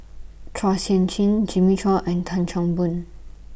Chua Sian Chin Jimmy Chua and Tan Chan Boon